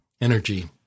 energy